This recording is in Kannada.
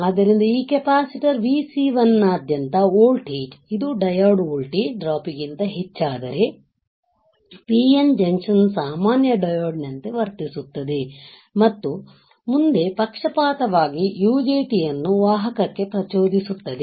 ಆದ್ದರಿಂದ ಈ ಕೆಪಾಸಿಟರ್ Vc1 ನಾದ್ಯಂತ ವೋಲ್ಟೇಜ್ ಇದು ಡಯೋಡ್ ವೋಲ್ಟೇಜ್ ಡ್ರಾಪ್ ಗಿಂತ ಹೆಚ್ಚಾದರೆ PN ಜಂಕ್ಷನ್ ಸಾಮಾನ್ಯ ಡಯೋಡ್ ನಂತೆ ವರ್ತಿಸುತ್ತದೆ ಮತ್ತು ಮುಂದೆ ಪಕ್ಷಪಾತವಾಗಿ UJTಯನ್ನು ವಾಹಕಕ್ಕೆ ಪ್ರಚೋದಿಸುತ್ತದೆ